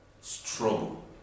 struggle